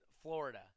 Florida